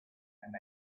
and